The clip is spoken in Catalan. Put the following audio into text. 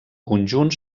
conjunt